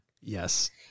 Yes